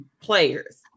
players